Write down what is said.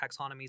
taxonomies